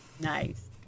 Nice